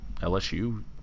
LSU